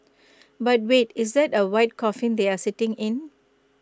but wait is that A white coffin they are sitting in